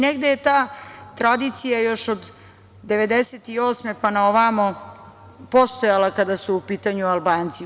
Negde je ta tradicija još od 1998. godine pa na ovamo postojala kada su u pitanju Albanci.